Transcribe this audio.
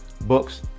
books